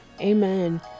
Amen